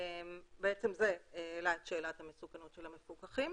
זה העלה את שאלת המסוכנות של המפוקחים.